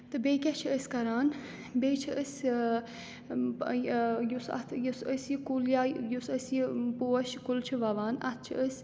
تہٕ بیٚیہِ کیٛاہ چھِ أسۍ کَران بیٚیہِ چھِ أسۍ یُس اَتھ یُس أسۍ یہِ کُل یا یُس أسۍ یہِ پوشہٕ کُل چھُ وَوان اَتھ چھِ أسۍ